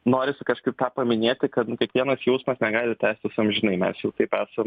norisi kažkaip tą paminėti kad nu kiekvienas jausmas negali tęstis amžinai mes jau taip esam